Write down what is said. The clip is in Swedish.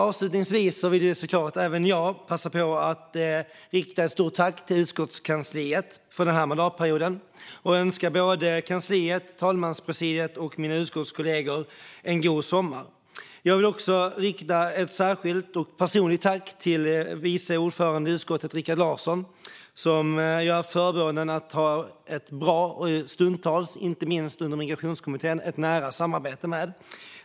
Avslutningsvis vill även jag passa på att rikta ett stort tack till utskottskansliet för mandatperioden. Jag önskar både kansliet, talmanspresidiet och mina utskottskollegor en god sommar. Jag vill också rikta ett särskilt och personligt tack till vice ordföranden i utskottet Rikard Larsson, som jag har haft förmånen att ha ett bra och stundtals nära samarbete med i migrationskommittén.